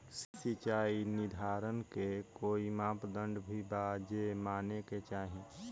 सिचाई निर्धारण के कोई मापदंड भी बा जे माने के चाही?